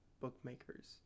bookmakers